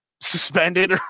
suspended